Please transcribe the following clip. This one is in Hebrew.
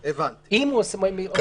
אם הוא עושה שתי בדיקות.